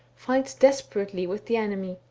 fights desperately with the enemy,